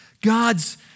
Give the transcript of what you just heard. God's